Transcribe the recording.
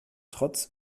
trotz